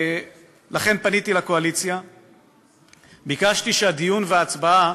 לכן פניתי לקואליציה וביקשתי שהדיון וההצבעה